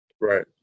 Right